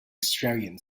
australian